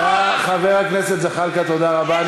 חבר הכנסת זחאלקה, תודה רבה.